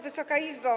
Wysoka Izbo!